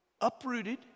Uprooted